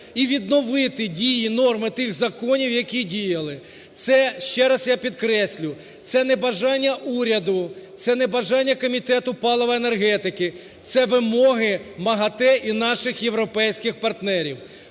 і відновити дії і норми тих законів, які діяли. Це, ще раз я підкреслю, це не бажання уряду, це не бажання Комітету палива і енергетики, це вимоги МАГАТЕ і наших європейських партнерів.